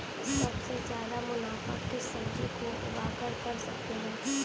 सबसे ज्यादा मुनाफा किस सब्जी को उगाकर कर सकते हैं?